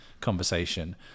conversation